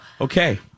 Okay